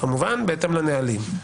כמובן, בהתאם לנהלים.